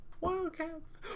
Wildcats